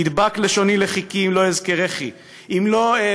תדבק לשוני לחכי אם לא אזכרכי,